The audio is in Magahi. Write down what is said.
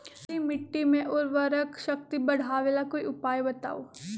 काली मिट्टी में उर्वरक शक्ति बढ़ावे ला कोई उपाय बताउ?